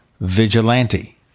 vigilante